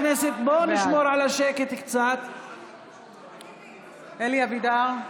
בעד אלי אבידר,